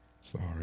Sorry